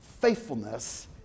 faithfulness